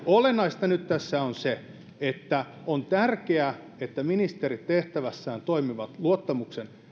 olennaista tässä on nyt se että on tärkeää että ministerit tehtävässään toimivat luottamuksen